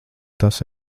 tas